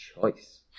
choice